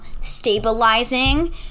stabilizing